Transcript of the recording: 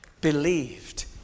believed